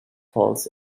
falls